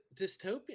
dystopian